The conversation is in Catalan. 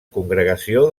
congregació